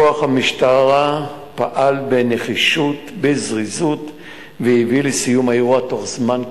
כוח המשטרה פעל בנחישות ובזריזות והביא לסיום האירוע בתוך זמן קצר.